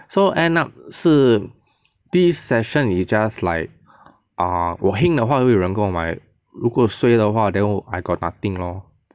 so end up 是 this session is just like err 我 heng 的话就有人跟我买如果 suay 的话 then 我 I got nothing lor